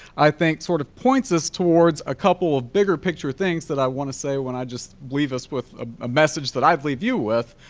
i think sort of points us towards a couple of bigger picture things that i wanna say when i just leave us with a message that i've leave you with,